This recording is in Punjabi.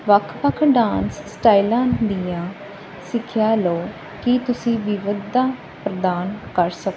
ਵੱਖ ਵੱਖ ਡਾਂਸ ਸਟਾਈਲਾਂ ਦੀਆਂ ਸਿੱਖਿਆ ਲਓ ਕਿ ਤੁਸੀਂ ਵਿਵਧਾ ਪ੍ਰਦਾਨ ਕਰ ਸਕੋ